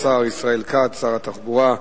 השר ישראל כץ, שר התחבורה,